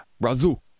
Brazil